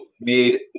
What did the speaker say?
made